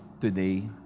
today